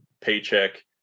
paycheck